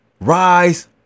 rise